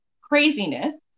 craziness